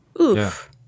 Oof